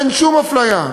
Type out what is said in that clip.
אין שום אפליה.